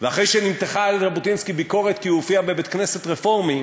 ואחרי שנמתחה על ז'בוטינסקי ביקורת כי הוא הופיע בבית-כנסת רפורמי,